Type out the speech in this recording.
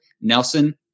Nelson